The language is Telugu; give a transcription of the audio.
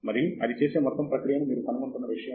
మరియు అది చేసే మొత్తం ప్రక్రియ మీరు కనుగొంటున్న విషయం